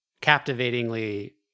captivatingly